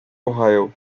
ohio